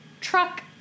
truck